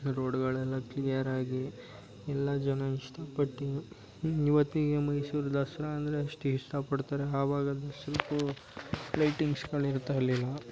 ರೋಡುಗಳೆಲ್ಲ ಕ್ಲಿಯರಾಗಿ ಎಲ್ಲ ಜೀವನ ಇಷ್ಟಪಟ್ಟು ಇವತ್ತು ಈಗ ಮೈಸೂರು ದಸರಾ ಅಂದರೆ ಅಷ್ಟು ಇಷ್ಟಪಡ್ತಾರೆ ಅವಾಗ ಸ್ವಲ್ಪ ಲೈಟಿಂಗ್ಸುಗಳು ಇರ್ತಾ ಇರಲಿಲ್ಲ